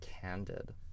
Candid